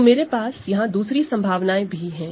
तो मेरे पास यहां दूसरी संभावनाएं भी है